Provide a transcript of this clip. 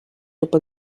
open